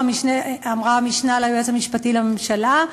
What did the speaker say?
אמרה המשנה ליועץ המשפטי לממשלה,